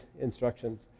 instructions